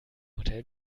hotel